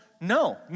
No